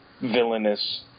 villainous